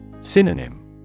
Synonym